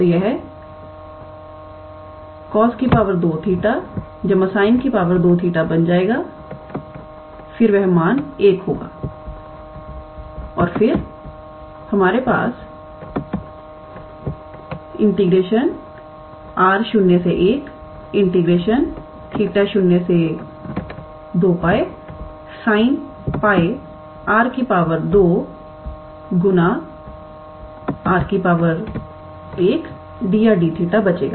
तो यह 𝑐𝑜𝑠2𝜃 𝑠𝑖𝑛2𝜃 बन जाएगा फिर वह मान 1 होगा और फिर हम पास 𝑟01𝜃02𝜋sin 𝜋𝑟 2 𝑟𝑑𝑟𝑑𝜃 बचेगा